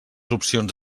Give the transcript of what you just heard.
opcions